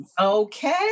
Okay